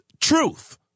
truth